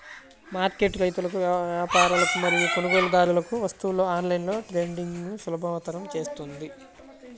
market రైతులకు, వ్యాపారులకు మరియు కొనుగోలుదారులకు వస్తువులలో ఆన్లైన్ ట్రేడింగ్ను సులభతరం చేస్తుంది